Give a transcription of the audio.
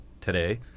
today